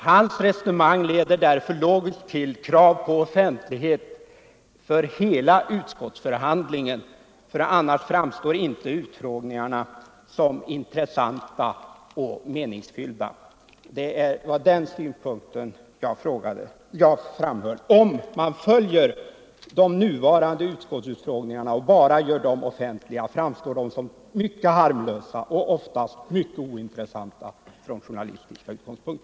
Herr Björcks resonemang leder därför logiskt till krav på offentlighet för hela utskottsförhandlingen. Annars framstår inte utskottsutfrågningarna som intressanta och meningsfyllda. Det var den synpunkten jag framhöll; om man behåller de nuvarande utskottsutfrågningarna och bara gör dessa offentliga framstår de som mycket harmlösa och oftast mycket ointressanta från journalistisk synpunkt.